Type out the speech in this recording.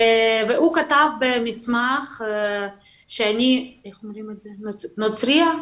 הוא כתב במסמך שאני נוצרייה,